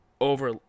over